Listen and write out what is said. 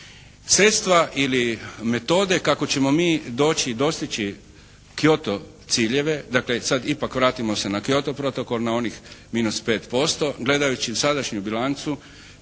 Sredstva ili metode kako ćemo mi doći i dostići Kyoto ciljeve, dakle sad ipak vratimo se na Kyoto protokol na onih minus 5 posto gledajući sadašnju bilancu